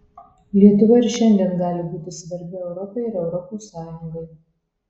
lietuva ir šiandien gali būti svarbi europai ir europos sąjungai